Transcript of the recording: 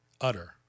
utter